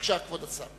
בבקשה, כבוד השר.